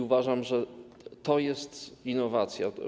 Uważam, że to jest innowacja.